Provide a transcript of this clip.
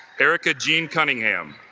erica jean cunningham